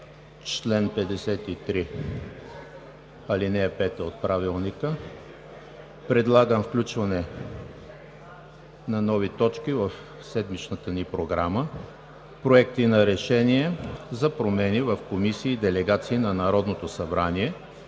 чл. 53, ал. 5 от Правилника предлагам включване на нови точки в седмичната ни Програма – Проекти на решения за промени в комисии и делегации на Народното събрание,